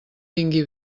vingui